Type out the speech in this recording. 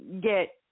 get